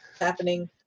happening